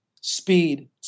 speed